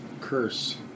curse